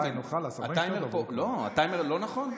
הטיימר פה לא נכון?